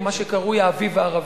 או למה שקרוי האביב הערבי.